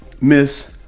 Miss